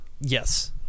Yes